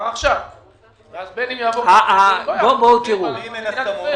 ואם אין הסכמות?